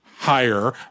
higher